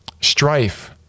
strife